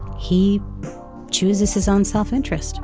he chooses his own se lf interest.